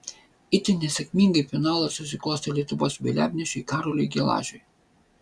itin nesėkmingai finalas susiklostė lietuvos vėliavnešiui karoliui gelažiui